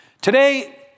today